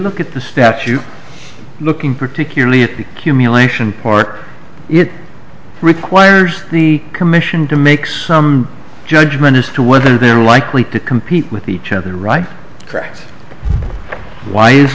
look at the steps you looking particularly at be humiliation part it requires the commission to make some judgement as to whether they're likely to compete with each other right correct why i